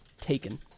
Taken